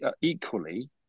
equally